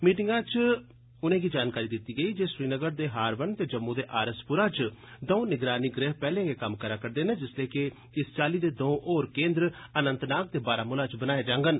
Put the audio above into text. मीटिंगै च उनेंगी जानकारी दित्ती गेई जे श्रीनगर दे हारवन ते जम्मू दे आर एस पुरा च दर्ऊ निगरानी गृह पैहले गै कम्म करा करदे न जिसलै कि इस चाल्ली दे दो होर केन्द्र अनंतनाग ते बारामुला च बनाए जांगन